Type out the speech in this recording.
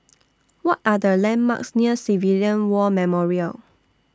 What Are The landmarks near Civilian War Memorial